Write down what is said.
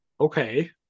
Okay